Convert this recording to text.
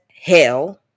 hell